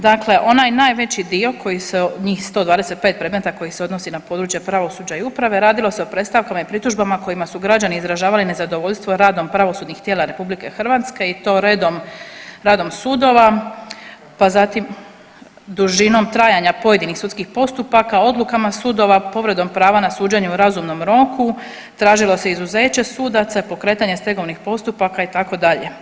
Dakle, onaj najveći dio koji se, njih 125 predmeta koji se odnosi na područje pravosuđa i uprave radilo se o predstavkama i pritužbama kojima su građani izražavali nezadovoljstvo radom pravosudnih tijela Republike Hrvatske i to redom radom sudova, pa zatim dužinom trajanja pojedinih sudskih postupaka, odlukama sudova, povredom prava na suđenje u razumnom roku, tražilo se izuzeće sudaca i pokretanje stegovnih postupaka itd.